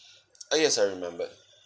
ah yes I remember